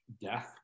death